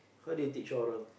how do you teach oral